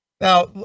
Now